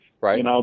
Right